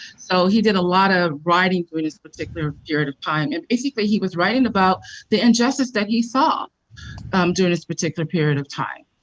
so he did a lot of writing through this particular period of time. and basically, he was writing about the injustice that he saw um during this particular period of time?